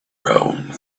around